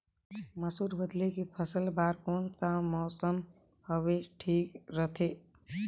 मसुर बदले के फसल बार कोन सा मौसम हवे ठीक रथे?